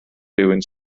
rywun